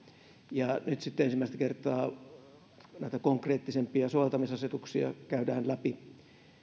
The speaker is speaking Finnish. ja kun nyt sitten ensimmäistä kertaa näitä konkreettisempia soveltamisasetuksia käydään läpi